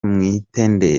mwitende